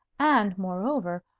and, moreover,